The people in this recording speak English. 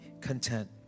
content